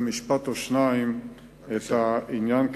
במשפט או שניים את העניין.